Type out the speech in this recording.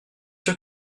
sûr